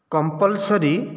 compulsory